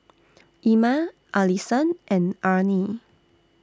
Ima Allison and Arnie